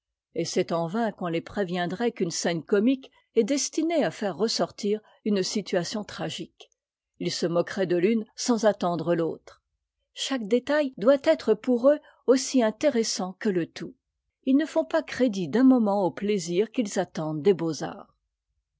et c'est en vain qu'on les préviendrait qu'une scène comique est destinée à faire ressortir une situation tragique ils se moqueraient de l'une sans attendre l'autre chaque détai doit être'pour eux aussi intéressant que te tout i s ne font pas crédit d'un moment au plaisir qu'ils attendent des beaux-arts